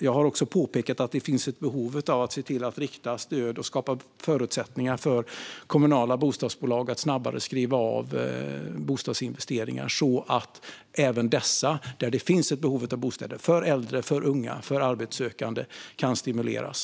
Jag har också påpekat att det finns ett behov av att se till att rikta stöd till och skapa förutsättningar för kommunala bostadsbolag att snabbare skriva av bostadsinvesteringar så att även dessa, där det finns ett behov av bostäder för äldre, för unga, för arbetssökande, kan stimuleras.